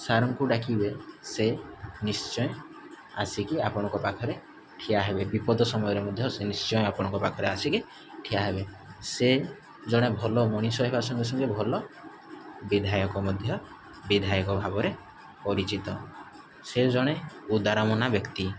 ସାର୍ଙ୍କୁ ଡ଼ାକିବେ ସେ ନିଶ୍ଚୟ ଆସିକି ଆପଣଙ୍କ ପାଖରେ ଠିଆ ହେବେ ବିପଦ ସମୟରେ ମଧ୍ୟ ସେ ନିଶ୍ଚୟ ଆପଣଙ୍କ ପାଖରେ ଆସିକି ଠିଆ ହେବେ ସେ ଜଣେ ଭଲ ମଣିଷ ହେବା ସଙ୍ଗେ ସଙ୍ଗେ ଭଲ ବିଧାୟକ ମଧ୍ୟ ବିଧାୟକ ଭାବରେ ପରିଚିତ ସେ ଜଣେ ଉଦାରମନା ବ୍ୟକ୍ତି